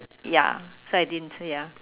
ya so I didn't so ya